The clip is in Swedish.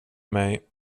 mig